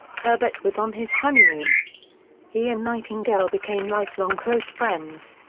herbert was on his honeymoon he and nightingale became lifelong close friends.